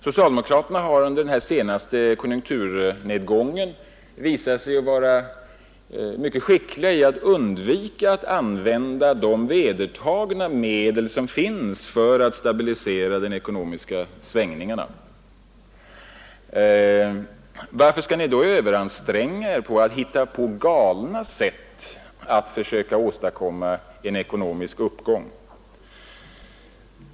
Socialdemokraterna har under den senaste konjunkturnedgången visat sig vara mycket skickliga när det gäller att undvika att använda de vedertagna medlen för att utjämna de ekonomiska svängningarna. Varför skall ni då överanstränga er för att hitta på galna sätt att försöka åstadkomma en ekonomisk uppgång?